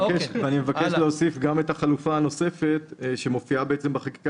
אני מבקש להוסיף גם את החלופה הנוספת שמופיעה בחקיקה